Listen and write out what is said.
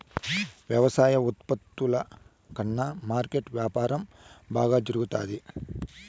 వ్యవసాయ ఉత్పత్తుల కన్నా మార్కెట్ వ్యాపారం బాగా జరుగుతాది